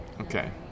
Okay